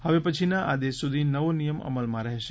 હવે પછીના આદેશ સુધી નવો નિયમ અમલમાં રહેશે